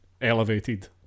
elevated